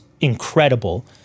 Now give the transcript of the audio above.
incredible